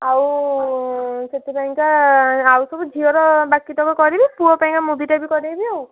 ଆଉ ସେଥିପାଇଁ କା ଆଉ ସବୁ ଝିଅର ବାକି ତକ କରିବି ପୁଅ ପାଇଁ କା ମୁଦିଟା ବି କରାଇବି ଆଉ